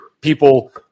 People